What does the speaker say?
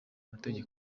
mategeko